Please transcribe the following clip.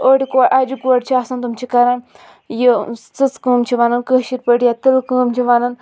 أڈۍ کورِ اَجہِ کورِ چھ آسان تِم چھ کَران یہِ سٕژ کٲم چھ وَنان کٲشِر پٲٹھۍ یا تِلہٕ کٲم چھ وَنان